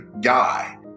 guy